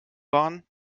waren